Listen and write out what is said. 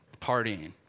partying